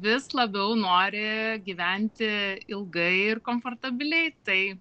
vis labiau nori gyventi ilgai ir komfortabiliai tai